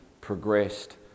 progressed